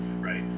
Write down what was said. right